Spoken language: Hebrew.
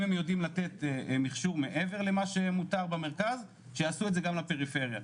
אם הם יודעים לתת מכשור מעבר למה מותר במרכז שיעשו את זה גם לפריפריה,